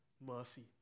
mercy